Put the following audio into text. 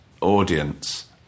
audience